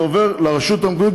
זה עובר לרשות המקומית,